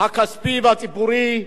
הכספי והציבורי.